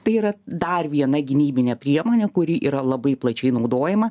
tai yra dar viena gynybinė priemonė kuri yra labai plačiai naudojama